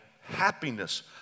happiness